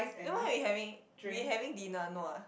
then what we having we having dinner no ah